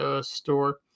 store